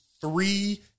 three